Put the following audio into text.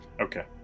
Okay